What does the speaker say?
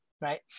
right